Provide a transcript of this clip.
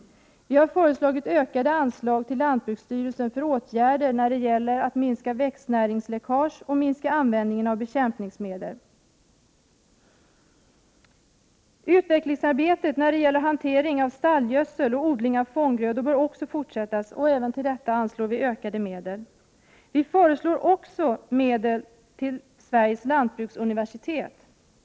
Vi har föreslagit ökade anslag till lantbruksstyrelsen för åtgärder för att minska dels växtnäringsläckage, dels användningen av bekämpningsmedel. Utvecklingsarbetet när det gäller hantering av stallgödsel och odling av fånggrödor bör också fortsättas, och även till detta anslår vi ökade medel. Vi föreslår också ökade medel till Sveriges lantbruksuniversitet.